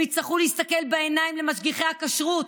הם יצטרכו להסתכל בעיניים למשגיחי הכשרות